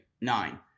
nine